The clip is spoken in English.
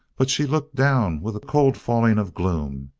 but she looked down, with a cold falling of gloom,